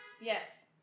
Yes